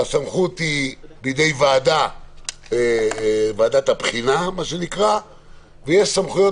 הסמכות היא בידי ועדת הבחינה ויש סמכויות